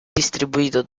distribuito